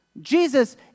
Jesus